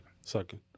Second